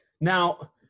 Now